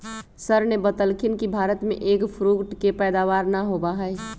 sir ने बतल खिन कि भारत में एग फ्रूट के पैदावार ना होबा हई